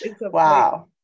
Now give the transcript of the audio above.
wow